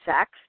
sex